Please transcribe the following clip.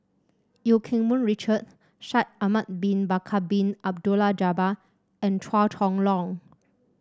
Eu Keng Mun Richard Shaikh Ahmad Bin Bakar Bin Abdullah Jabbar and Chua Chong Long